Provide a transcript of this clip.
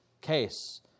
case